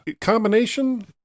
combination